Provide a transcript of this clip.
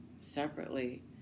separately